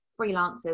freelancers